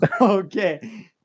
okay